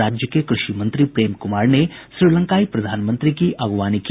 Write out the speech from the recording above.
राज्य के कृषि मंत्री प्रेम कुमार ने श्रीलंकाई प्रधानमंत्री की अगुवानी की